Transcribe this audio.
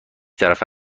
طرفه